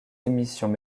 émissions